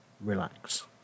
relax